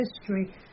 history